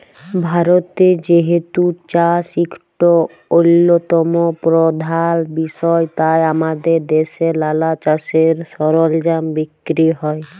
ভারতে যেহেতু চাষ ইকট অল্যতম পরধাল বিষয় তাই আমাদের দ্যাশে লালা চাষের সরলজাম বিক্কিরি হ্যয়